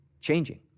Changing